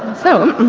so,